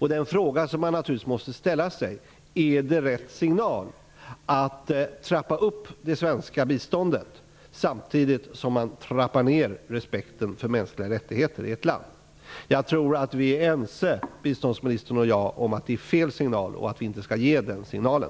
måste man ställa sig frågan: Är det rätt signal att trappa upp det svenska biståndet samtidigt som respekten för mänskliga rättigheter trappas ner i ett land? Jag tror att biståndsministern och jag är ense om att det är fel signal och om att vi inte skall ge den signalen.